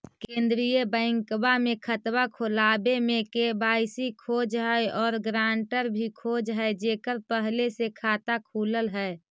केंद्रीय बैंकवा मे खतवा खोलावे मे के.वाई.सी खोज है और ग्रांटर भी खोज है जेकर पहले से खाता खुलल है?